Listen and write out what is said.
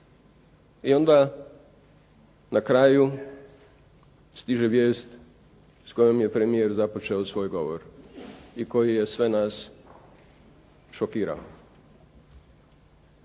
i onda na kraju stiže vijest s kojom je premijer započeo svoj govor i koji je sve nas šokirao.